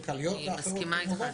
כלכליות ואחרות -- אני מסכימה איתך,